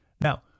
Now